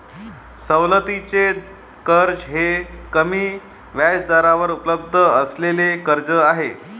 सवलतीचे कर्ज हे कमी व्याजदरावर उपलब्ध असलेले कर्ज आहे